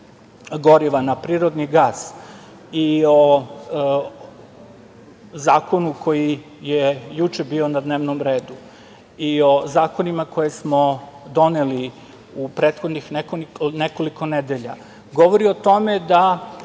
goriva a prirodni gas i o zakonu koji je juče bio na dnevnom redu, i o zakonima koje smo doneli u prethodnih nekoliko nedelja, govori o tome da